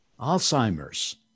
Alzheimer's